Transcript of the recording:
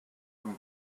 from